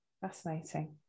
Fascinating